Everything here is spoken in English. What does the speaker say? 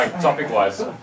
topic-wise